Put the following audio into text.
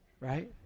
Right